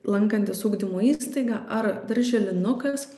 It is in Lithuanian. lankantis ugdymo įstaigą ar darželinukas